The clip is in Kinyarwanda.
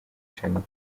shanitah